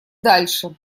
дальше